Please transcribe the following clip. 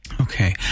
Okay